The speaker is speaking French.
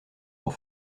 pour